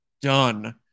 done